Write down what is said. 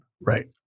Right